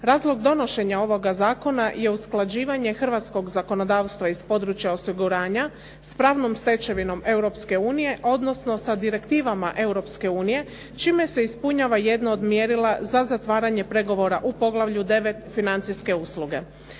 Razlog donošenja ovoga zakona je usklađivanje hrvatskog zakonodavstva iz područja osiguranja s pravnom stečevinom Europske unije, odnosno sa direktivama Europske unije, čime se ispunjava jedno od mjerila za zatvaranje pregovora u Poglavlju 9 – Financijske usluge.